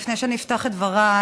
לפני שאני אפתח את דבריי,